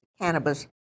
cannabis